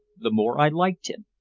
the more i liked him.